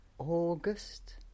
August